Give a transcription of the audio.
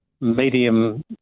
medium